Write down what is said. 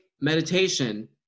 meditation